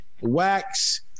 Wax